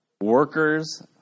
Workers